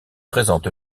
présente